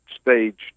stage